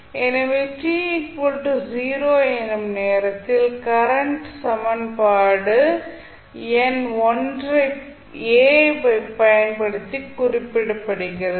எனவே t 0 எனும் நேரத்தில் கரண்ட் சமன்பாடு எண் ஐப் பயன்படுத்தி குறிப்பிடப்படுகிறது